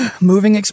moving